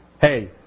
hey